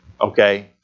okay